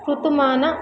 ಋತುಮಾನ